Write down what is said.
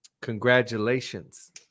Congratulations